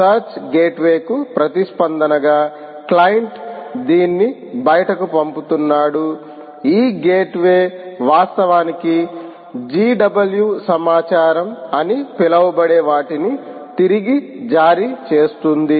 search గేట్వేకు ప్రతిస్పందనగా client దీన్ని బయటకు పంపుతున్నాడు ఈ గేట్వే వాస్తవానికి GW సమాచారం అని పిలువబడే వాటిని తిరిగి జారీ చేస్తుంది